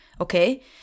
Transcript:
Okay